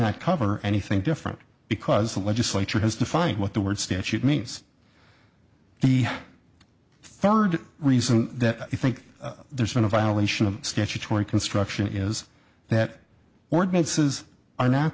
not cover anything different because the legislature has defined what the word statute means the third reason that i think there's been a violation of statutory construction is that ordinances are not